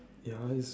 ya it's